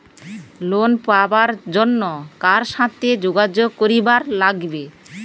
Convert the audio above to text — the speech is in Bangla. লোন পাবার জন্যে কার সাথে যোগাযোগ করিবার লাগবে?